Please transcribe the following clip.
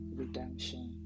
redemption